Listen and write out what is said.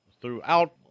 Throughout